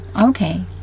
okay